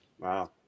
Wow